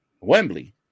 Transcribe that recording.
Wembley